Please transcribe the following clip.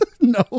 no